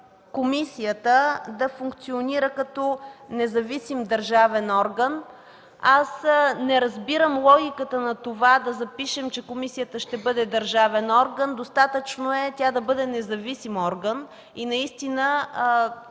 комисията да функционира като независим държавен орган. Аз не разбирам логиката на това да запишем, че комисията ще бъде държавен орган. Достатъчно е тя да бъде независим орган и наистина